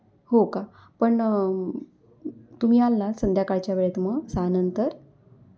हो का पण तुम्ही याल ना संध्याकाळच्या वेळेत मग सहानंतर